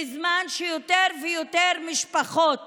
בזמן שיותר ויותר משפחות